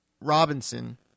Robinson